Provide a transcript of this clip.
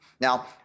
Now